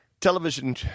Television